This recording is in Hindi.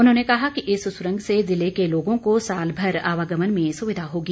उन्होंने कहा कि इस सुरंग से जिले के लोगों को साल भर आवागमन में सुविधा होगी